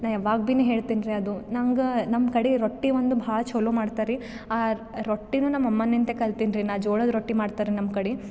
ನಾ ಯಾವಾಗ ಭೀನ ಹೇಳ್ತೀನಿ ರೀ ಅದು ನಂಗೆ ನಮ್ಮ ಕಡೆ ರೊಟ್ಟಿ ಒಂದು ಭಾಳ ಚೊಲೋ ಮಾಡ್ತಾರೆರಿ ಆ ರೊಟ್ಟಿಯೂ ನಮ್ಮ ಅಮ್ಮನಿಂದೆ ಕಲ್ತೀನಿ ರೀ ನಾ ಜೋಳದ ರೊಟ್ಟಿ ಮಾಡ್ತಾರೆ ನಮ್ಮ ಕಡೆ